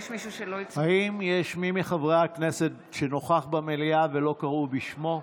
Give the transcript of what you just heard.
האם יש מי מחברי הכנסת שנוכח במליאה ולא קראו בשמו?